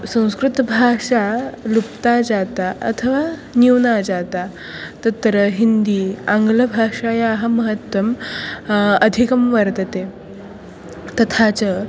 संस्कृतभाषा लुप्ता जाता अथवा न्यूना जाता तत्र हिन्दी आङ्ग्लभाषायाः महत्त्वम् अधिकं वर्तते तथा च